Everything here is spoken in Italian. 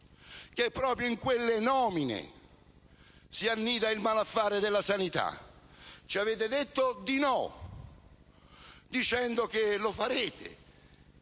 che proprio in quelle nomine si annida il malaffare della sanità. Ci avete detto di no, sostenendo che lo farete.